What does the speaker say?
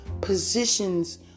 positions